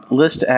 list